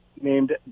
named